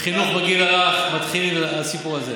בחינוך לגיל הרך מתחיל הסיפור הזה.